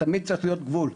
שתמיד צריך להיות גבול,